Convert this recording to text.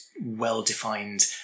well-defined